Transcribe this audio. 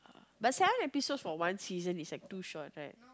but seven episodes for one season is like too short right